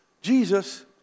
Jesus